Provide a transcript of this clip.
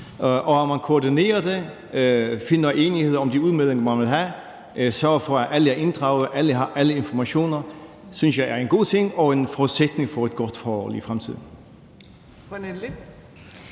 Og at man koordinerer det, finder enighed om de udmeldinger, man vil have, sørger for, at alle er inddraget, og at alle har alle informationer, synes jeg er en god ting og en forudsætning for et godt forhold i fremtiden.